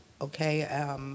okay